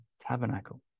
tabernacle